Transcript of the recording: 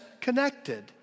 connected